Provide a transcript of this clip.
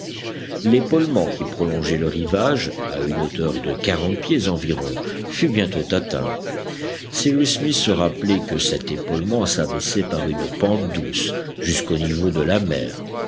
l'épaulement qui prolongeait le rivage à une hauteur de quarante pieds environ fut bientôt atteint cyrus smith se rappelait que cet épaulement s'abaissait par une pente douce jusqu'au niveau de la mer